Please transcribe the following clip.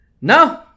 No